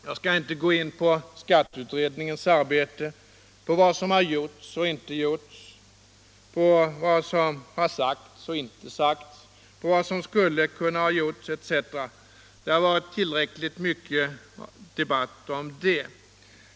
Jag skall inte gå in på skatteutredningens arbete — på vad som gjorts och inte gjorts, på vad som sagts och inte sagts, vad som skulle kunna ha gjorts, etc. Det har varit tillräckligt mycket debatt om detta.